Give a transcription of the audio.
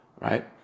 right